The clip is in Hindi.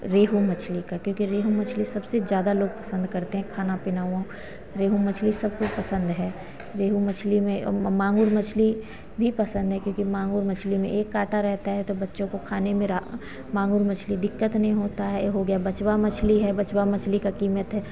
रेहू मछली का क्योंकि रेहू मछली सबसे ज़्यादा लोग पसंद करते हैं खाना पीना रेहू मछली सबको पसंद है रेहू मछली में मांगुर मछली भी पसंद है क्योंकि मांगुर मछली में एक काँटा रहता है तो बच्चों को खाने में रा मंगुर मछली दिक्कत नहीं होता है हो गया बचवा मछली है बचवा मछली का कीमत है